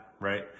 right